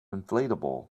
inflatable